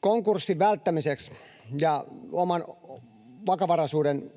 Konkurssin välttämiseksi ja oman vakavaraisuuden